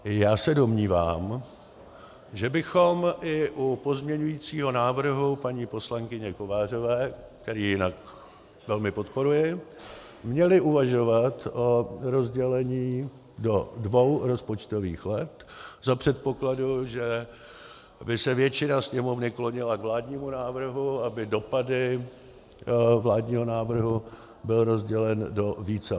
Já se domnívám, že bychom i u pozměňujícího návrhu paní poslankyně Kovářové, který jinak velmi podporuji, měli uvažovat o rozdělení do dvou rozpočtových let za předpokladu, že by se většina Sněmovny klonila k vládnímu návrhu, aby dopady vládního návrhu byly rozděleny do více let.